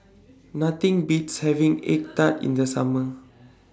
Nothing Beats having Egg Tart in The Summer